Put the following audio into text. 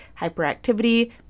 hyperactivity